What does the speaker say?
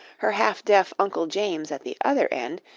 her half-deaf uncle james at the other end,